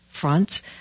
fronts